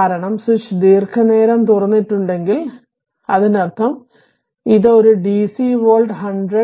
കാരണം സ്വിച്ച് ദീർഘനേരം തുറന്നിട്ടുണ്ടെങ്കിൽ അതിനർത്ഥം ഇത് ഒരു DC V 100